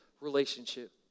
relationship